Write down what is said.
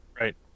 right